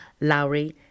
Lowry